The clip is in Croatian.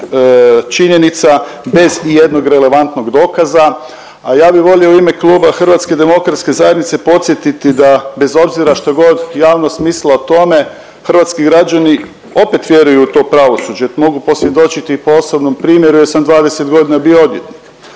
nekakvih činjenica bez ijednog relevantnog dokaza. A ja bih volio u ime kluba HDZ-a podsjetiti da bez obzira štogod javnost mislila o tome hrvatski građani opet vjeruju u to pravosuđe, mogu posvjedočiti po osobnom primjeru jer sam 20 godina bio odvjetnik.